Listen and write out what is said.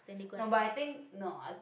no but I think no uh